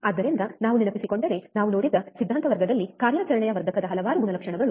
ಆದ್ದರಿಂದ ನಾವು ನೆನಪಿಸಿಕೊಂಡರೆ ನಾವು ನೋಡಿದ ಸಿದ್ಧಾಂತ ವರ್ಗದಲ್ಲಿ ಕಾರ್ಯಾಚರಣೆಯ ವರ್ಧಕದ ಹಲವಾರು ಗುಣಲಕ್ಷಣಗಳು